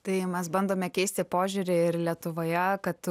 tai mes bandome keisti požiūrį ir lietuvoje kad